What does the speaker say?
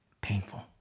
painful